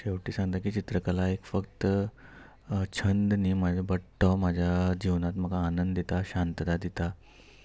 शेवटी सांगता की चित्रकला एक फक्त छंद न्हय बट तो म्हज्या जिवनांत म्हाका आनंद दिता शांतता दिता